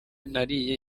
nariye